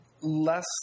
Less